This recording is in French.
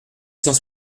cent